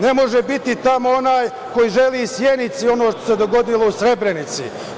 Ne može biti tamo onaj koji želi Sjenici ono što se dogodilo u Srebrenici.